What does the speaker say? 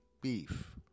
beef